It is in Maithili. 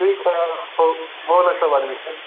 ठीक हय